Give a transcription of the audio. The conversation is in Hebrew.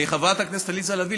חברת הכנסת עליזה לביא,